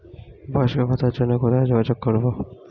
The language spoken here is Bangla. বয়স্ক ভাতার জন্য কোথায় যোগাযোগ করব?